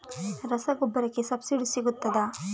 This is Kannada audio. ರಸಗೊಬ್ಬರಕ್ಕೆ ಸಬ್ಸಿಡಿ ಸಿಗ್ತದಾ?